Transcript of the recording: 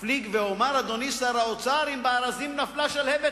אפליג ואומר: אם בארזים נפלה שלהבת,